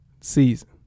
season